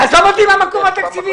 עזוב אותי עם המקור התקציבי.